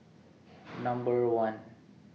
Number one